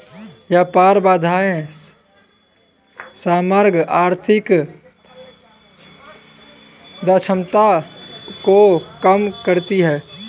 व्यापार बाधाएं समग्र आर्थिक दक्षता को कम करती हैं